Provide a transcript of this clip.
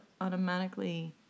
automatically